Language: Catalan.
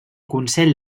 consell